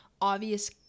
obvious